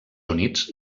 units